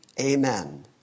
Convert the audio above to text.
Amen